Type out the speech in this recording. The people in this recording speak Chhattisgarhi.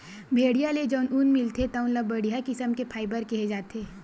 भेड़िया ले जउन ऊन मिलथे तउन ल बड़िहा किसम के फाइबर केहे जाथे